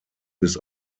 bis